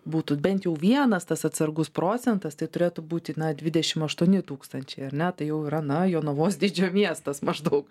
būtų bent jau vienas tas atsargus procentas tai turėtų būti na dvidešim aštuoni tūkstančiai ar ne tai jau yra na jonavos dydžio miestas maždaug